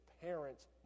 parents